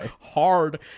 hard